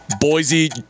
Boise